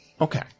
okay